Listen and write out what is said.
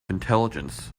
intelligence